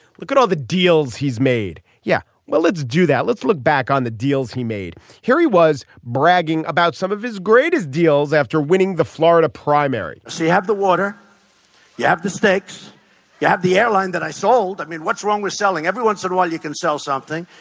look at all the deals he's made. yeah well let's do that let's look back on the deals he made here he was bragging about some of his greatest deals after winning the florida primary so you have the water you have the stakes you have the airline that i sold. i mean what's wrong with selling every once in a while you can sell something.